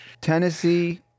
tennessee